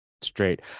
straight